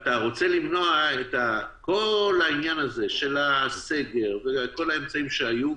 אתה רוצה למנוע את כל העניין הזה של הסגר וכל האמצעים שהיו,